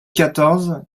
quatorze